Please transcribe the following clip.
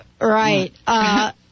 right